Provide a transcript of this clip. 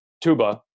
tuba